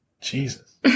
Jesus